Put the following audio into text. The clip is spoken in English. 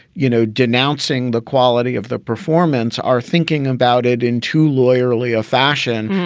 you know, denouncing the quality of the performance are thinking about it in too lawyerly a fashion.